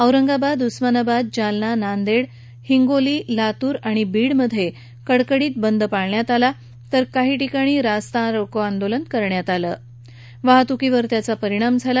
औरंगाबाद उस्मानाबाद जालना नांदेड हिंगोली लातूर आणि बीडमधेही कडकडीत बंद पाळला तर काही ठिकाणी रास्ता रोको आंदोलन करण्यात आलं याचा वाहतुकीवर परिणाम झाला